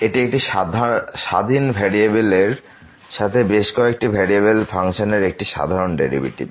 এটি একটি স্বাধীন ভেরিয়েবলের সাথে বেশ কয়েকটি ভেরিয়েবল ফাংশনের একটি সাধারণ ডেরিভেটিভ